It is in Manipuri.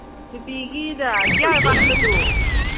ꯅꯨꯄꯤꯒꯤꯗ ꯒ꯭ꯌꯥꯔ ꯄꯥꯟꯕꯗꯨ